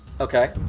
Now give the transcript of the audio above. Okay